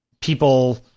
people